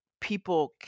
people